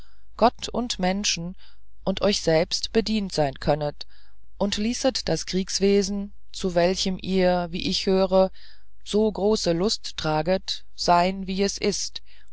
gott und menschen und euch selbst bedient sein könnet und ließet das kriegswesen zu welchem ihr wie ich höre so große lust traget sein wie es ist